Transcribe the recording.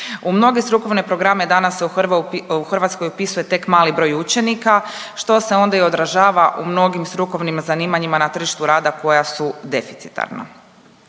U mnoge strukovne programe danas se u Hrvatskoj upisuje tek mali broj učenika što se onda i odražava u mnogim strukovnim zanimanjima na tržištu rada koja su deficitarna.